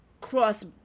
cross